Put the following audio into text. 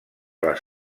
les